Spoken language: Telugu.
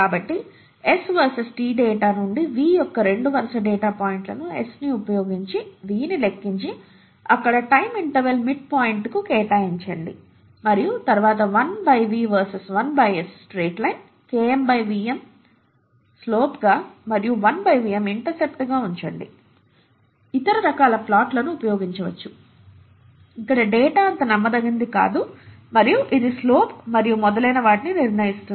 కాబట్టి S వర్సెస్ t డేటా నుండి V యొక్క రెండు వరుస డేటాపాయింట్లు S ని ఉపయోగించి V ని లెక్కించి అక్కడ టైం ఇంటర్వెల్ మిడ్ పాయింట్ కు కేటాయించండి మరియు తరువాత 1 V versus 1 S straight line Km Vm స్లోప్గా మరియు 1 Vm ఇంటర్సెప్ట్ గా ఉంచండి ఇతర రకాల ప్లాట్లను ఉపయోగించవచ్చు ఇక్కడ డేటా అంత నమ్మదగినది కాదు మరియు ఇది స్లోప్ మరియు మొదలైన వాటిని నిర్ణయిస్తుంది